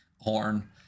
horn